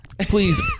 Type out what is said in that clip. Please